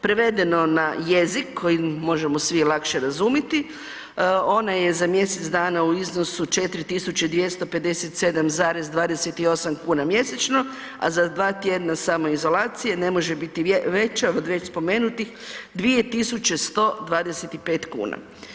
Prevedeno na jezik koji možemo svi lakše razumiti, ona je za mjesec dana u iznosu 4.257,28 kuna mjesečno, a za dva tjedna samoizolacije ne može biti veća od spomenutih 2.125,00 kuna.